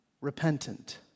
repentant